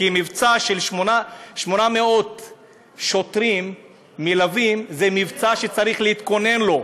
כי מבצע של 800 שוטרים מלווים זה מבצע שצריך להתכונן לו.